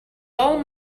all